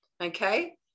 okay